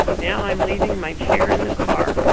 now i'm leaving my chair in the car,